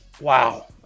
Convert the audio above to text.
Wow